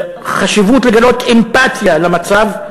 חשיבות לגלות אמפתיה למצב,